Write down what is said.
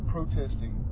Protesting